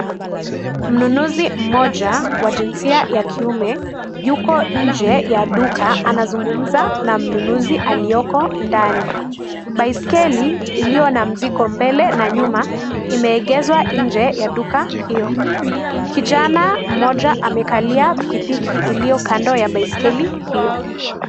Mnunuzi, mmoja, wa jinsia ya kiume, yuko nje ya duka, anazungumza na mnunuzi alioko ndani, baiskeli, ilio na mzigo mbele, na nyuma, imeegezwa nje, ya duka, hio, kijana, mmoja, amekalia, pikipiki ilio kando ya baiskeli hio.